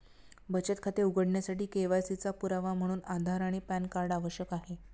बचत खाते उघडण्यासाठी के.वाय.सी चा पुरावा म्हणून आधार आणि पॅन कार्ड आवश्यक आहे